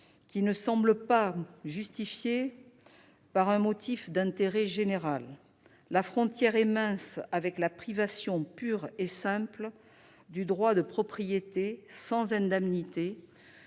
qui ne semble justifié par aucun motif d'intérêt général. La frontière est mince avec la privation pure et simple du droit de propriété sans indemnité,